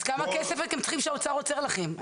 אז כמה כסף אתם צריכים שהאוצר עוצר לכם,